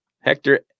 Hector